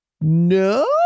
No